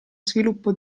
sviluppo